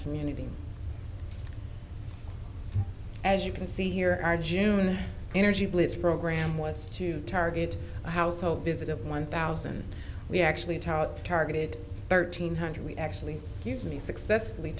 community as you can see here are june energy blitz program was to target a household busy one thousand we actually taught targeted thirteen hundred we actually scuse me successfully